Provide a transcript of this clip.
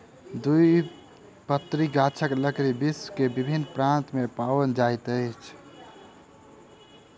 द्विबीजपत्री गाछक लकड़ी विश्व के विभिन्न प्रान्त में पाओल जाइत अछि